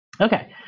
Okay